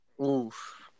Oof